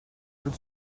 tout